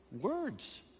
Words